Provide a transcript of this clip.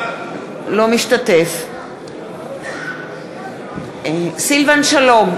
אינו משתתף בהצבעה סילבן שלום,